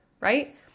right